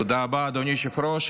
תודה רבה, אדוני היושב-ראש.